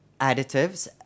additives